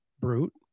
Brute